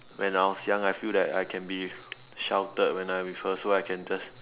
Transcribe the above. when I was young I feel that I can be sheltered when I'm with her so I can just